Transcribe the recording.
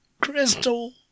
Crystal